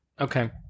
okay